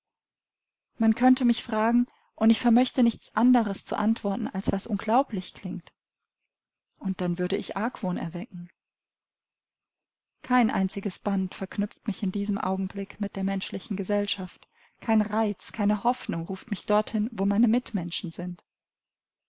man könnte mich fragen und ich vermöchte nichts anderes zu antworten als was unglaublich klingt und dann würde ich argwohn erwecken kein einziges band verknüpft mich in diesem augenblick mit der menschlichen gesellschaft kein reiz keine hoffnung ruft mich dorthin wo meine mitmenschen sind